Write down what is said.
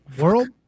World –